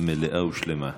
מלאה ושלמה.